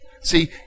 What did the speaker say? See